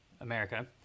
America